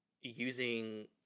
using